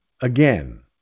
again